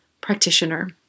practitioner